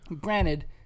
Granted